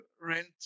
rent